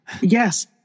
Yes